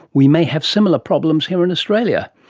we may have similar problems here in australia.